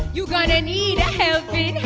you going to need a